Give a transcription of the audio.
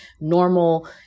normal